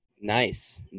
Nice